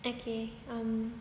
okay um